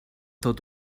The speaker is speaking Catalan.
tot